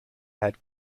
had